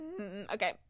Okay